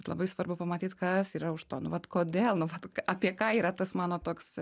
labai svarbu pamatyt kas yra už to nu vat kodėl nu vat apie ką yra tas mano toks